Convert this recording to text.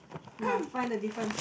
nah find the difference